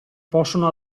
possono